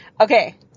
okay